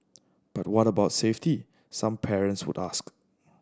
but what about safety some parents would ask